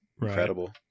Incredible